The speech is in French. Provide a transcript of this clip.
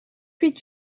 huit